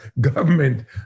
government